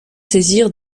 saisirent